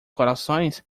corações